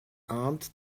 armed